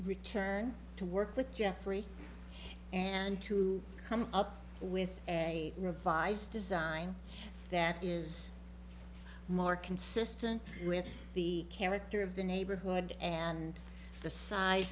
return to work with jeffrey and to come up with a revised design that is more consistent with the character of the neighborhood and the size